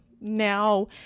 now